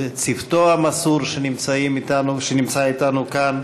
לצוותו המסור, שנמצא אתנו כאן,